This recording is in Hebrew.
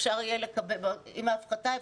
אחרי ההפחתה,